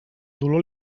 dolor